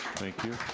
thank you.